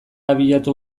abiatu